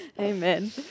Amen